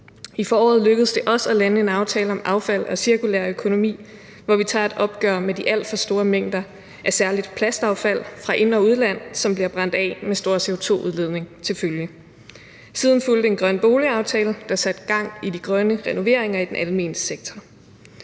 I foråret lykkedes det også at lande en aftale om affald og cirkulær økonomi, hvor vi tager et opgør med de alt for store mængder af særlig plastaffald fra ind- og udland, som bliver brændt af med stor CO2-udledning til følge. Siden fulgte en grøn boligaftale, der satte gang i de grønne renoveringer i den almene sektor.